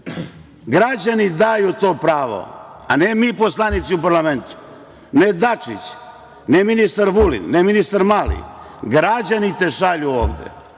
damo? Građani daju to pravo, a ne mi poslanici u parlamentu, ne Dačić, ne ministar Vulin, ne ministar Mali. Građani te šalju ovde.